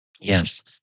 Yes